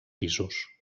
pisos